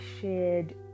shared